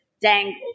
dangled